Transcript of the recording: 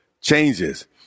changes